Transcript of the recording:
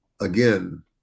again